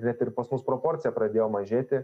net ir pas mus proporcija pradėjo mažėti